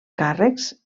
càrrecs